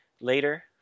Later